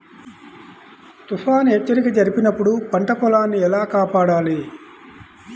తుఫాను హెచ్చరిక జరిపినప్పుడు పంట పొలాన్ని ఎలా కాపాడాలి?